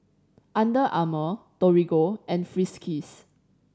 Under Armour Torigo and Friskies